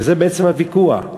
וזה בעצם הוויכוח.